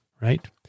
right